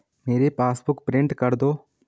मेरी passbook print कर दो